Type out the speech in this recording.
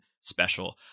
special